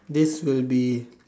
this will be